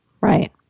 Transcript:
Right